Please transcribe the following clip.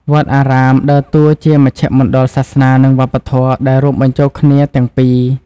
វត្តអារាម ដើរតួជាមជ្ឈមណ្ឌលសាសនានិងវប្បធម៌ដែលរួមបញ្ចូលគ្នាទាំងពីរ។